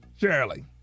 Shirley